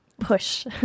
push